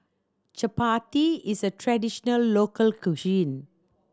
chapati is a traditional local cuisine